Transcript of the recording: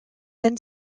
then